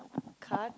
card